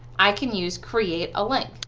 i can use create a link.